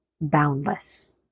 boundless